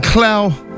Clow